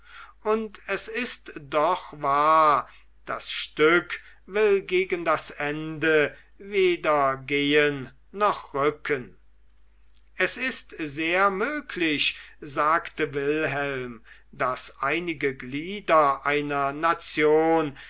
und es ist doch wahr das stück will gegen das ende weder gehen noch rücken es ist sehr möglich sagte wilhelm daß einige glieder einer nation